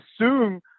assume